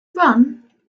run